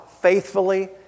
faithfully